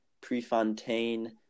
Prefontaine